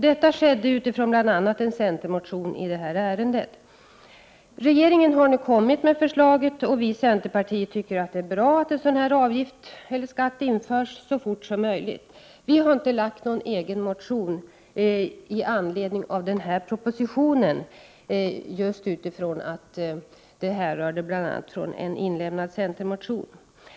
Detta skedde utifrån bl.a. en céntermotion i detta ärende. Regeringen har nu kommit med ett förslag, och vi i centerpartiet tycker att det är bra att en sådan här avgift eller skatt införs så fort som möjligt. Vi har inte väckt någon egen motion i anledning av propositionen, eftersom förslagen bl.a. härrör från en inlämnad centermotion.